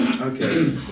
Okay